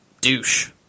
douche